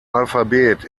alphabet